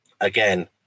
again